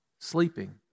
sleeping